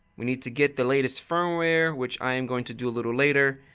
we need to get the latest firmware which i am going to do a little later.